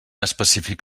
específic